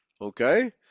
Okay